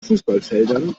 fußballfeldern